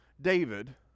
David